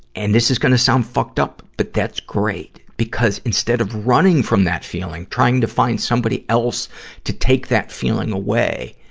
and this is gonna sound fucked up, but that's great, because instead of running from that feeling, trying to find somebody else to take that feeling away,